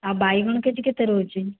ଆଉ ବାଇଗଣ K G କେତେ ରହୁଛି